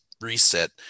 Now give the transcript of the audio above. Reset